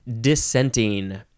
Dissenting